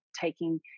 taking